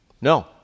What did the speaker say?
No